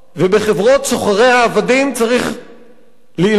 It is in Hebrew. ובחברות סוחרי העבדים צריך להילחם,